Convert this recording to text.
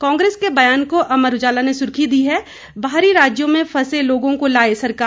कांग्रेस के बयान को अमर उजाला ने सुर्खी दी है बाहरी राज्यों में फंसे लोगों को लाए सरकार